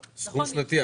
השני.